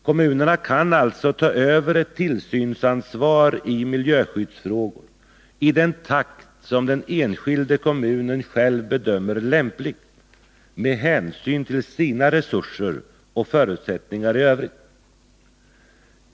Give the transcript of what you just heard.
Kommunerna kan alltså ta över ett tillsynsansvar i miljöskyddsfrågor i den takt som den enskilda kommunen själv bedömer lämplig med hänsyn till sina resurser och förutsättningar i övrigt.